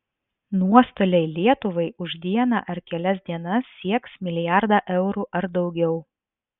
nuostoliai lietuvai už dieną ar kelias dienas sieks milijardą eurų ar daugiau